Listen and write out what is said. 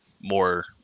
more